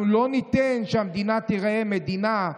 אנחנו לא ניתן שהמדינה תיראה מדינה,